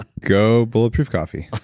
go bulletproof coffee